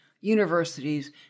universities